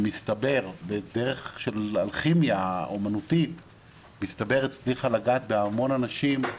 שמסתבר שבדרך של אלכימיה אמנותית הצליח לגעת בהמון אנשים.